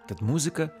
tad muziką